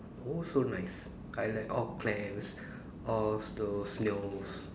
also nice I like all clams all those snails